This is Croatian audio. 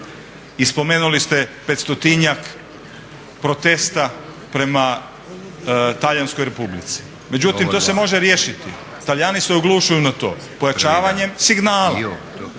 I spomenuli ste petstotinjak protesta prema Talijanskoj republici. Međutim, to se može riješiti. Talijani se oglušuju na to pojačavanjem signala,